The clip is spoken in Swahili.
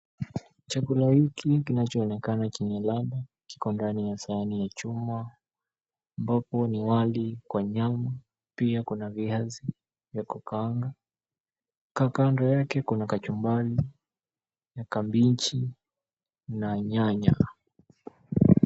Chakula hiki kinachoonekana chenye ladha kiko ndani ya sahani ya chuma ambapo ni wali kwa nyama. Pia kuna viazi vya kukaanga. Kando yake kuna kachumbari na kabichi na nyanya.